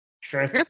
Sure